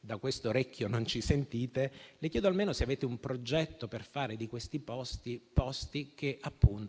da quest'orecchio non ci sentite, le chiedo almeno se avete un progetto per rendere questi posti tali